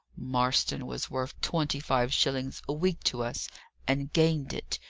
marston was worth twenty-five shillings a week to us and gained it.